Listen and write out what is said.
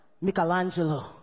Michelangelo